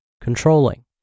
controlling